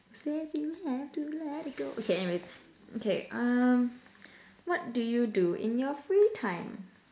says you have to let it go okay anyways okay um what do you do in your free time